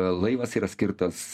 laivas yra skirtas